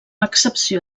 excepció